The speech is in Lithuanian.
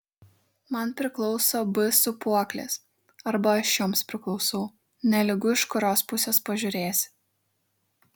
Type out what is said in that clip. man priklauso b sūpuoklės arba aš joms priklausau nelygu iš kurios pusės pažiūrėsi